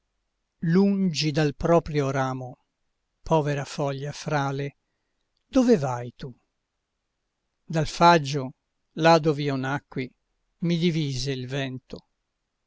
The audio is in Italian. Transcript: lungi dal proprio ramo povera foglia frale dove vai tu dal faggio là dov'io nacqui mi divise il vento